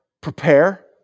prepare